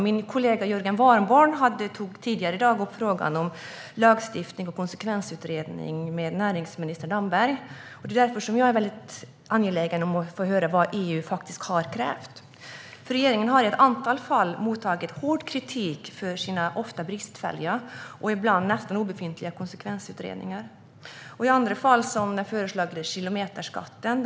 Min kollega Jörgen Warborn tog tidigare i dag upp frågan om lagstiftning och konsekvensutredning med näringsminister Damberg. Det är därför som jag är väldigt angelägen om att få höra vad EU faktiskt har krävt. Regeringen har i ett antal fall mottagit hård kritik för sina ofta bristfälliga och ibland nästan obefintliga konsekvensutredningar. Ett annat fall gäller den föreslagna kilometerskatten.